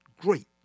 great